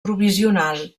provisional